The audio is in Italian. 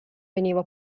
avveniva